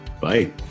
Bye